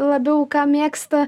labiau ką mėgsta